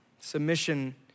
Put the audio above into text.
Submission